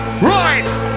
Right